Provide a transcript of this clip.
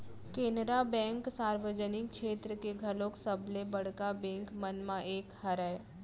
Canara bank सार्वजनिक छेत्र के घलोक सबले बड़का बेंक मन म एक हरय